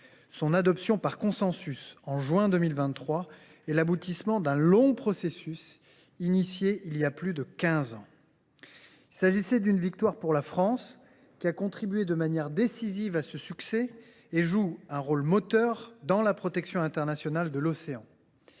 Son adoption par consensus en juin 2023 est l’aboutissement d’un long processus, engagé voilà plus de quinze ans. Pour la France, qui a contribué de manière décisive à ce succès et qui joue un rôle moteur dans la protection internationale de l’océan,